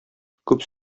күп